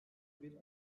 bir